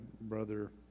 brother